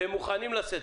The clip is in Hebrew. והם מוכנים לשאת,